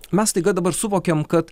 mes staiga dabar suvokiam kad